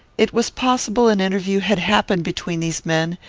it was possible an interview had happened between these men,